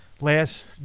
last